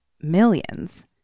millions